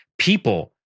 people